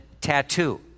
tattoo